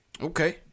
Okay